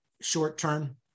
Short-term